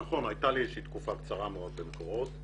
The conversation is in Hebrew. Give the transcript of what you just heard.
נכון, הייתה לי איזושהי תקופה קצרה מאוד במקורות.